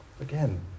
again